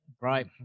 right